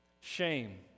shame